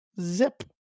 zip